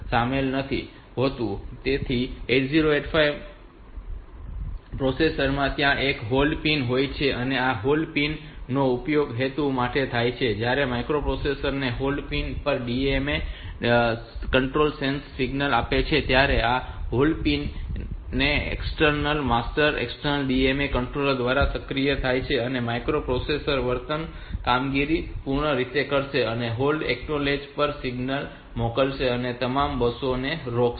તેથી 8085 પ્રોસેસર માં ત્યાં એક હોલ્ડ પિન હોય છે અને આ હોલ્ડ પિન નો ઉપયોગ એ હેતુ માટે થાય છે કે જ્યારે માઇક્રોપ્રોસેસર ને હોલ્ડ પિન પર DMA કંટ્રોલર સેન્સર સિગ્નલ આપે છે ત્યારે આ રીતે hold pin external master external DMA controller દ્વારા સક્રિય થાય છે અને માઇક્રોપ્રોસેસર વર્તમાન કામગીરી પૂર્ણ કરશે અને હોલ્ડ એક્નોલેજ પર સિગ્નલ મોકલશે અને તમામ બસો ને રોકશે